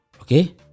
Okay